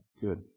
good